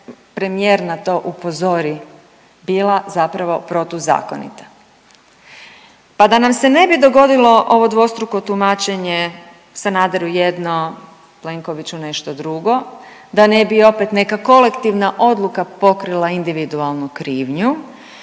premijer na to upozori bila zapravo protuzakonita. Pa da nam se ne bi dogodilo ovo dvostruko tumačenje Sanaderu jedno, Plenkoviću nešto drugo, da ne bi opet neka kolektivna odluka pokrila individualnu krivnju